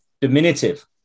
Diminutive